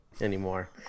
anymore